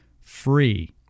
free